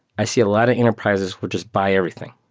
i see a lot of enterprises would just buy everything,